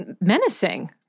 menacing